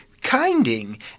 kinding